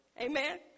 Amen